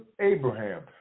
Abraham